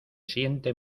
siente